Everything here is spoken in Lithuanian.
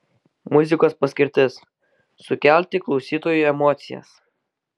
muzikos paskirtis sukelti klausytojui emocijas